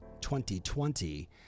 2020